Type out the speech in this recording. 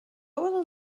bhfuil